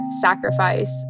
sacrifice